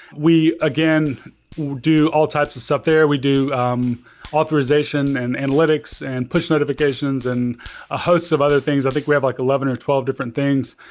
we again do all types of stuff there. we do um authorization and analytics and push notifications, and a host of other things. i think we have like eleven or twelve different things.